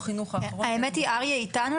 טל מדר,